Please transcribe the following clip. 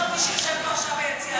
מי שיושב פה עכשיו ביציע,